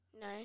No